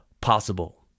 possible